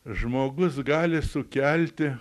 žmogus gali sukelti